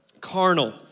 carnal